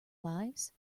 lives